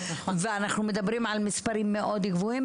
ואנחנו מדברים על מספרים מאוד גבוהים,